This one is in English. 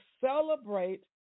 celebrate